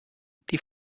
die